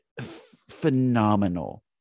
phenomenal